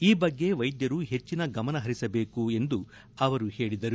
ಈ ಬಗ್ಗೆ ವೈದ್ಯರು ಹೆಚ್ಚಿನ ಗಮನ ಹರಿಸಬೇಕೆಂದು ಹೇಳಿದರು